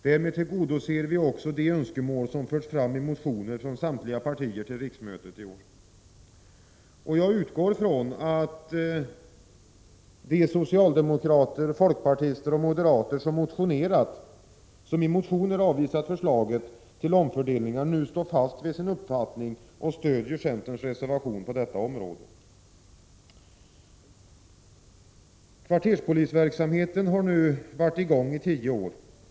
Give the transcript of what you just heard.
Därmed tillgodoser vi också de önskemål som samtliga partier fört fram i motioner till årets riksmöte. Jag utgår från att de socialdemokrater, folkpartister och moderater som i motioner har avvisat förslaget till omfördelningar nu står fast vid sin uppfattning och stöder centerns reservation på detta område. Kvarterspolisverksamheten har nu varit i gång i tio år.